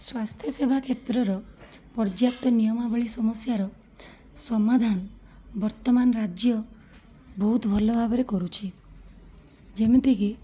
ସ୍ୱାସ୍ଥ୍ୟସେବା କ୍ଷେତ୍ରର ପର୍ଯ୍ୟାପ୍ତ ନିୟମାବଳୀ ସମସ୍ୟାର ସମାଧାନ ବର୍ତ୍ତମାନ ରାଜ୍ୟ ବହୁତ ଭଲଭାବରେ କରୁଛି ଯେମିତିକି